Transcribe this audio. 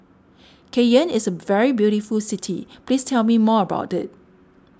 Cayenne is a very beautiful city please tell me more about it